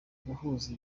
guhuza